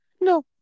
No